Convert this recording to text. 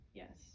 yes